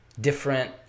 different